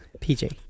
PJ